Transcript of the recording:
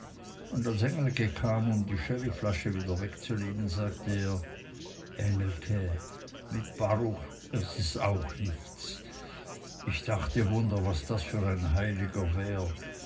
und als engelke kam um die sherryflasche wieder wegzuräumen sagte er engelke mit baruch is es auch nichts ich dachte wunder was das für ein heiliger wär